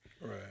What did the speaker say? Right